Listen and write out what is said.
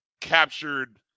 captured